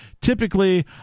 typically